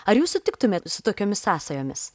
ar jūs sutiktumėt su tokiomis sąsajomis